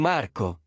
Marco